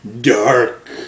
Dark